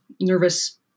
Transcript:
nervous